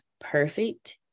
perfect